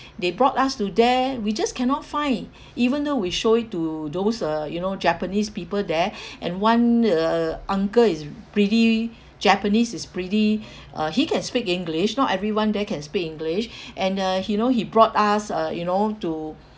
they brought us to there we just cannot find even though we show it to those uh you know japanese people there and one uh uncle is pretty japanese it's pretty uh he can speak english not everyone there can speak english and uh he you know he brought us uh you know to